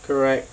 correct